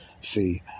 see